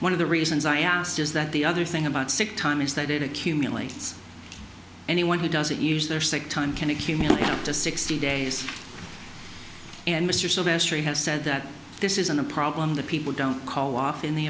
one of the reasons i asked is that the other thing about sick time is that it accumulates anyone who doesn't use their sick time can accumulate up to sixty days and mr sylvester has said that this isn't a problem that people don't call off in the